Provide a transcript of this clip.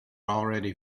already